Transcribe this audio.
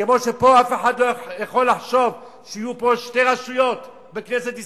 כמו שאף אחד פה לא יכול לחשוב שיהיו פה שתי רשויות בכנסת ישראל,